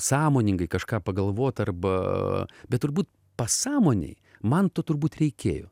sąmoningai kažką pagalvot arba bet turbūt pasąmonėj man to turbūt reikėjo